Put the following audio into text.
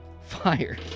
Fire